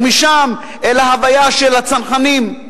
ומשם אל ההוויה של הצנחנים,